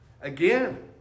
Again